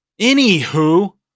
anywho